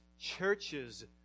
churches